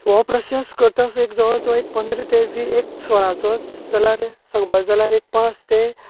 हो प्रॉसेस करता सयक जवळ जवळ पंदरा ते वीस एक स्वराचो जाल्यार सांपदा जाल्यार एक पांच ते